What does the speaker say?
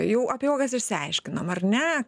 jau apie uogas išsiaiškinam ar ne